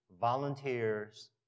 volunteers